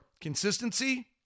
consistency